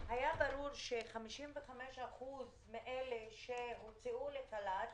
ברור ש-55% מאלה שהוצאו לחל"ת